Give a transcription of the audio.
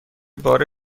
بار